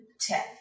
ten